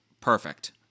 perfect